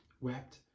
wept